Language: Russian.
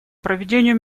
проведению